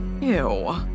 Ew